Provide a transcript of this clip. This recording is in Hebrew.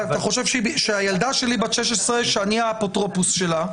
אתה חושב שהילדה שלי בת 16, שאני האפוטרופוס שלה,